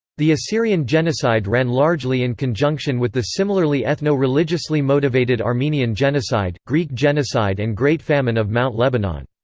the assyrian genocide ran largely in conjunction with the similarly ethno-religiously motivated armenian genocide, greek genocide and great famine of mount lebanon.